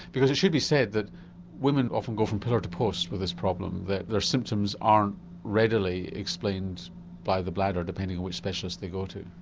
because it should be said that women often go from pillar to post with this problem, that their symptoms aren't readily explained by the bladder depending on which specialist they go to.